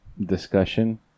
discussion